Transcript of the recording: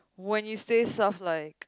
when you say stuff like